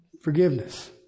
Forgiveness